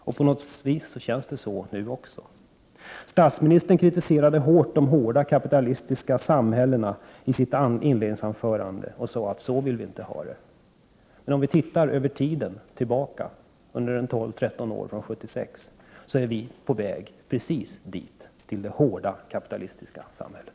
På något vis känns det så nu också. Statsministern kritiserade i sitt inledningsanförande starkt de hårda kapitalistiska samhällena och sade att vi vill inte ha det så. Men om vi ser tillbaka några år, till tiden efter 1976, finner vi att vi är på väg precis dit, till det hårda kapitalistiska samhället.